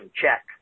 check